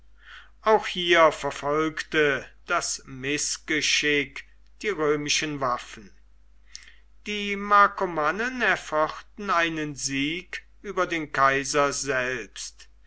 auch hier verfolgte das mißgeschick die römischen waffen die markomannen erfochten einen sieg über den kaiser selbst